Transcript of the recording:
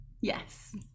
Yes